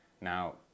Now